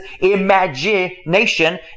imagination